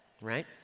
right